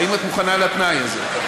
האם את מוכנה לתנאי הזה?